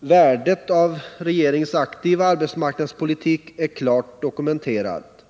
Värdet av regeringens aktiva arbetsmarknadspolitik är klart dokumenterat.